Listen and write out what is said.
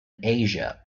asia